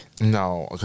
no